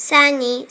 Sunny